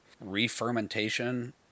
re-fermentation